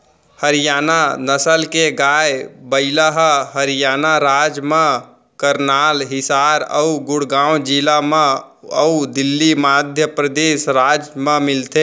हरियाना नसल के गाय, बइला ह हरियाना राज म करनाल, हिसार अउ गुड़गॉँव जिला म अउ दिल्ली, मध्य परदेस राज म मिलथे